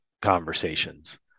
conversations